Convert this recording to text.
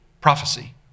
prophecy